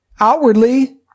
Outwardly